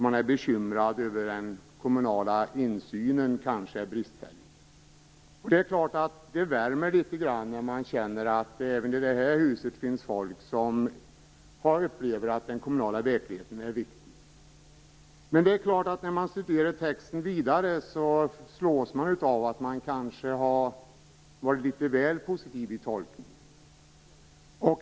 Man är bekymrad om den kommunala insynen är bristfällig. Det värmer litet grand när man känner att det även i det här huset finns folk som upplever att den kommunala verksamheten är viktig. Men när man studerar texten vidare slås man av att man kanske har varit litet väl positiv i sin tolkning.